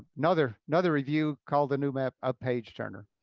another another review called the new map, a page-turner.